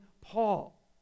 Paul